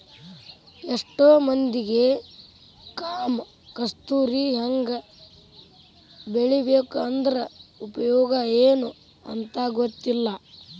ಎಷ್ಟೋ ಮಂದಿಗೆ ಕಾಮ ಕಸ್ತೂರಿ ಹೆಂಗ ಬೆಳಿಬೇಕು ಅದ್ರ ಉಪಯೋಗ ಎನೂ ಅಂತಾ ಗೊತ್ತಿಲ್ಲ